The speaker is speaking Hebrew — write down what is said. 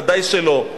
בוודאי שלא.